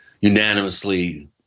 unanimously